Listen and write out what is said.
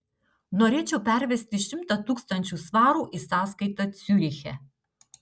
norėčiau pervesti šimtą tūkstančių svarų į sąskaitą ciuriche